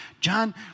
John